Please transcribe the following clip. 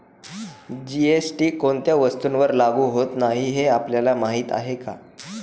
GST कोणत्या वस्तूंवर लागू होत नाही हे आपल्याला माहीत आहे का?